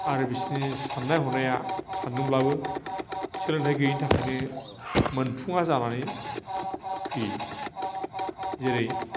आरो बिसोरनि साननाय हनाया सान्दोंब्लाबो सोलोंथाय गैयिनि थाखायनो मोनफुङा जानानै फैयो जेरै